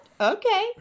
Okay